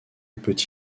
peut